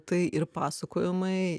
tai ir pasakojimai